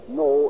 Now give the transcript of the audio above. no